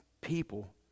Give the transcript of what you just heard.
people